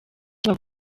kiba